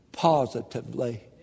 Positively